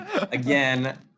Again